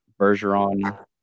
Bergeron